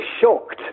shocked